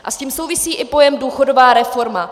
A s tím souvisí i pojem důchodová reforma.